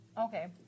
Okay